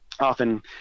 Often